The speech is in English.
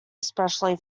especially